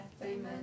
Amen